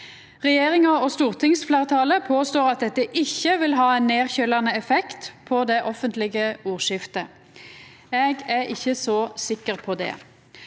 Regjeringa og stortingsfleirtalet påstår at dette ikkje vil ha nedkjølande effekt på det offentlege ordskiftet. Eg er ikkje så sikker på det.